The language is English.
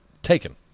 Taken